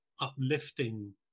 uplifting